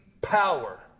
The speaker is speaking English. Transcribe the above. power